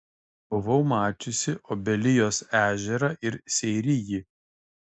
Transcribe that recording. buvau mačiusi obelijos ežerą ir seirijį